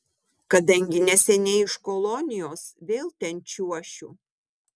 kadangi neseniai iš kolonijos vėl ten čiuošiu